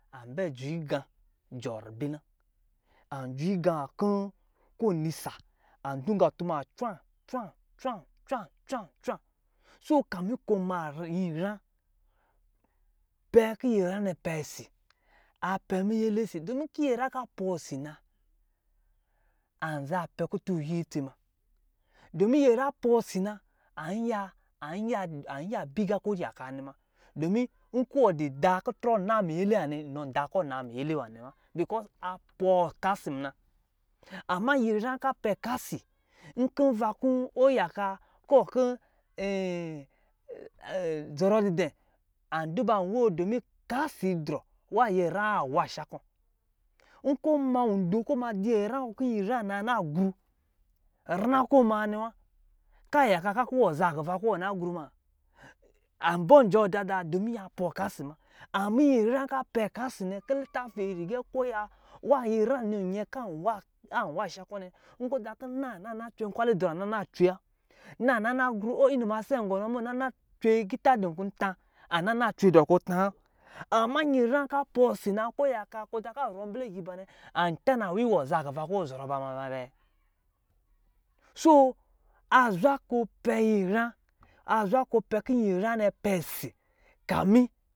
An bɛ dzo igan jɔ ribli na. An dzo igan nwā kɔ̄ ko winisa an dunga tumaa cwan cwan, cwan, cwan, cwan, cwan, cwan. Soo kamin kɔ̄ ɔ ma ri nyinyra, pɛ ki yinyra nɛ pɛ si, a pɛ miyɛlɛ si. Dɔmin ki nyinyra ka pɔɔ si na, an za pɛ kutu iyuwɔ itsi ma. Dɔmin nyɛra pɔɔ si na, an yiya an yiya an yiya bi gā kɔ̄ ɔ yaka nɛ muna, dɔmin nkɔ wɔ dɔ da kutrɔ naa miyɛlɛ nwanɛ, nɔ dɔ daa kɔ̄ naa miyɛlɛ nwanɛ wa, because a pɔɔ ɔka si muna. Amma nyinyra ka pɛ ka si, nkɔ̄ va kɔ̄ ɔ yaka kɔ̄ wɔ kɔ̄ zɔrɔ di dɛ, an duba woo dɔmin ka si drɔ nwā nyɛra wa a nwā sha kɔ̄. Nkɔ̄ ɔ ma wɔndo kɔ̄ ma di nyera kɔ̄ nyɛra naa na gru, kɔ̄ ɔ maanɛ wa, kaa yaka kɔ̄ wɔ zaa kuva kɔ̄ ɔ na gru ma, am bɔ jɔɔ da dāā dɔmin a pɔɔ ka si ma. A nyera ka pɛ ka si nɛ kɔ̄ litafi, rigɛ kuya wa nyinyra nɔ nyɛ kan wa an wa sha kɔ̄ nɛ, nkɔ̄ da kɔ̄ naa nana cwe nkwalɛ idrɔ an naa na cwe wa, naa nana gru o inima sen gɔnɔ mu naa na cwe igiita dɔ̄ kɔ̄ tā, a naa na cwe dɔ kɔ̄ taan, amma nyɛra ka pɔɔ si na kɔ̄ yaka kɔ̄ da kaa zɔrɔ mbɛlɛ giibanɛ, an tanaa wii wɔ zaa kuva kɔ̄ wɔ zɔrɔ ba ma ma bɛɛ. Soo, a zwa kɔ̄ ɔ pɛ nyinyra a zwa kɔ̄ pɛ kɔ̄ nyinyra nɛ pɛ si kamin